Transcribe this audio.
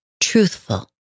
truthful